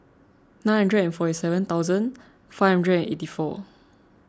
nine hundred forty seven thousand five hundred eighty four